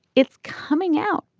it's coming out.